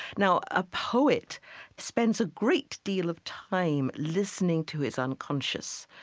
now a poet spends a great deal of time listening to his unconscious,